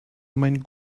mein